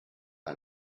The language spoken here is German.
ein